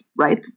right